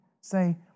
Say